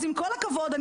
עם כל הכבוד,